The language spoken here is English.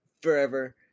forever